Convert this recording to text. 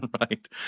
Right